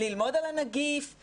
ללמוד על הנגיף,